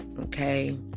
Okay